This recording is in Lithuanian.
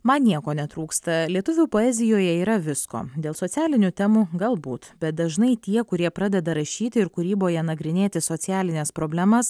man nieko netrūksta lietuvių poezijoje yra visko dėl socialinių temų galbūt bet dažnai tie kurie pradeda rašyti ir kūryboje nagrinėti socialines problemas